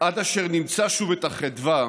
עד אשר נמצא שוב את החדווה